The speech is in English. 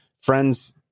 friends